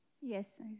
Yes